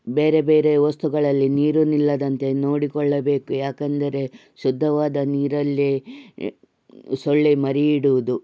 ಬೇರೆ ಬೇರೆ ವಸ್ತುಗಳಲ್ಲಿ ನೀರು ನಿಲ್ಲದಂತೆ ನೋಡಿಕೊಳ್ಳಬೇಕು ಯಾಕಂದರೆ ಶುದ್ಧವಾದ ನೀರಲ್ಲೇ ಸೊಳ್ಳೆ ಮರಿ ಇಡುವುದು